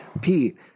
pete